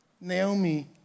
Naomi